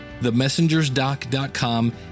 themessengersdoc.com